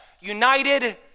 united